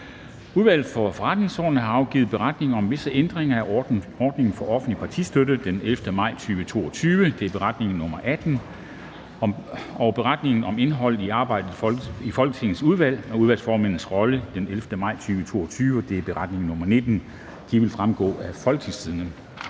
Udvalget for Forretningsordenen har afgivet: Beretning om visse ændringer af ordningen for offentlig partistøtte den 11. maj 2022. (Beretning nr. 18) og Beretning om indhold i arbejdet i Folketingets udvalg og udvalgsformændenes rolle den 11. maj 2022. (Beretning nr. 19). Beretningerne vil fremgå af www.folketingstidende.dk.